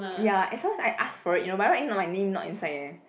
ya and some more is I ask for it you know by right if not my name not inside eh